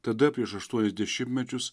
tada prieš aštuonis dešimtmečius